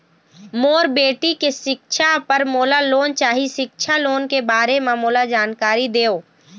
मोर बेटी के सिक्छा पर मोला लोन चाही सिक्छा लोन के बारे म मोला जानकारी देव?